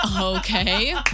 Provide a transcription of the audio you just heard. okay